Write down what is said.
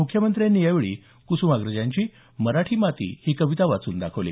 मुख्यमंत्र्यांनी यावेळी कुसुमाग्रजांची मराठी माती ही कविता वाचून दाखवली